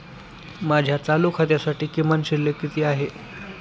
माझ्या चालू खात्यासाठी किमान शिल्लक किती आहे?